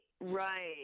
right